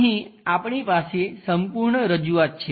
અહીં આપણી પાસે સંપૂર્ણ રજૂઆત છે